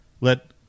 Let